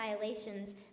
violations